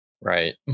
Right